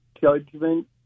judgment